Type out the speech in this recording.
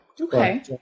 Okay